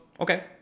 okay